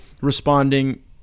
responding